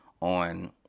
on